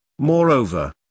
Moreover